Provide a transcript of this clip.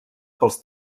pels